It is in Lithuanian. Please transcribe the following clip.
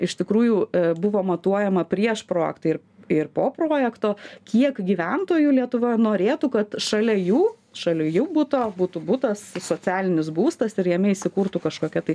iš tikrųjų buvo matuojama prieš projektą ir ir po projekto kiek gyventojų lietuvoje norėtų kad šalia jų šalia jų buto būtų butas socialinis būstas ir jame įsikurtų kažkokia tai